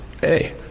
hey